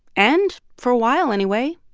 and for a while, anyway,